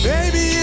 Baby